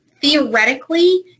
Theoretically